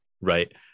Right